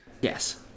Yes